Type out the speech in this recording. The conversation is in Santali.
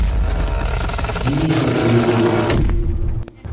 ᱡᱤᱣᱤ ᱦᱚᱸ ᱡᱤᱣᱤ ᱠᱤᱱ